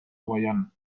guayana